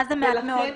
מה זה מעט מאוד?